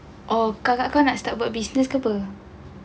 oh kakak ke nak start business ke [pe]